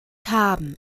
haben